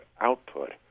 output